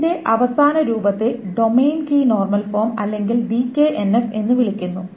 ഇതിന്റെ അവസാന രൂപത്തെ ഡൊമെയ്ൻ കീ നോർമൽ ഫോം അല്ലെങ്കിൽ ഡികെഎൻഎഫ് എന്ന് വിളിക്കുന്നു